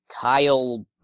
Kyle